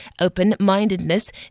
open-mindedness